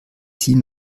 sie